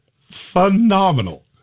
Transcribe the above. phenomenal